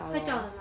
坏掉了 mah